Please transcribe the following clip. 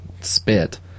spit